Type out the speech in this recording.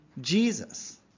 Jesus